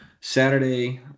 Saturday